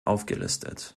aufgelistet